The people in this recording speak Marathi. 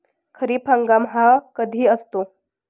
खरीप हंगाम हा कधी असतो?